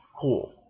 cool